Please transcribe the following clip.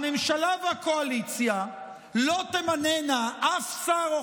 הממשלה והקואליציה לא תמנינה אף שר או